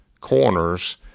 corners